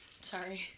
Sorry